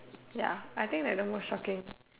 ya I think that's the most shocking